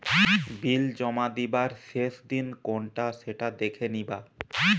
বিল জমা দিবার শেষ দিন কোনটা সেটা দেখে নিবা